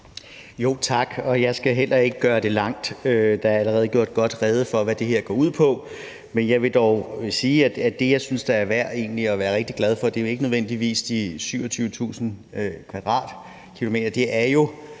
Tak. Jeg skal heller ikke gøre det langt, for der er allerede gjort godt rede for, hvad det her går ud på. Men jeg vil dog sige, at det, jeg egentlig synes er værd at være rigtig glad for, jo ikke nødvendigvis er de 27.000 km²; det er